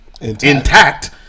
intact